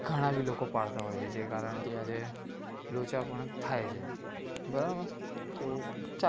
ઘણા બી લોકો પાડતા હોય છે જે કારણથી આજે લોચા પણ થાય છે બરાબર તો ચા